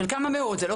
של כמה מאות.